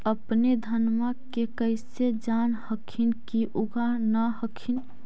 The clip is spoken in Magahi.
अपने धनमा के कैसे जान हखिन की उगा न हखिन?